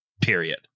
period